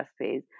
recipes